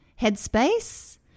headspace